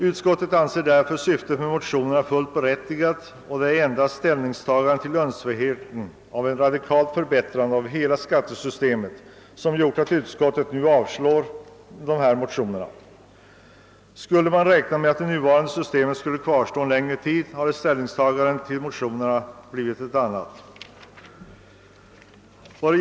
Utskottet anser syftet med motionerna vällovligt, och det är endast önskvärdheten av en radikal förbättring av hela skattesystemet som gör att utskottet nu yrkar avslag på dessa motioner. Hade man räknat med att det nuvarande systemet skulle kvarstå en längre tid, hade ställningstagandet till motionerna blivit ett annat.